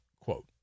quote